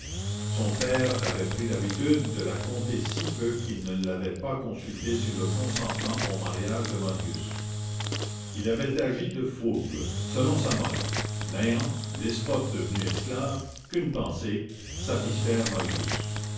son père avait pris l'habitude de la compter si peu qu'il ne l'avait pas consultée sur le consentement au mariage de marius il avait agi de fougue selon sa mode n'ayant despote devenu esclave qu'une pensée satisfaire marius